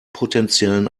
potenziellen